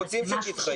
אנחנו רוצים שתתחייבי.